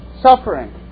suffering